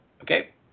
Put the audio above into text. okay